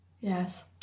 Yes